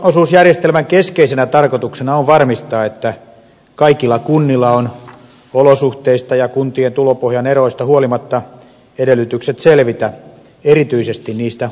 valtionosuusjärjestelmän keskeisenä tarkoituksena on varmistaa että kaikilla kunnilla on olosuhteista ja kuntien tulopohjan eroista huolimatta edellytykset selvitä erityisesti niistä lakisääteisistä tehtävistä